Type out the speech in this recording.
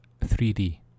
3D